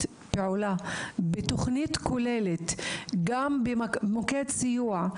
פעולה בתוכנית כוללת גם במוקד סיוע,